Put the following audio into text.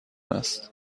است